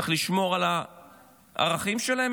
צריך לשמור על הערכים שלהם.